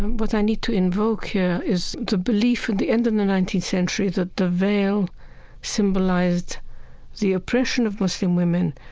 what i need to invoke here is the belief at and the end of the nineteenth century that the veil symbolized the oppression of muslim women.